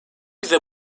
bize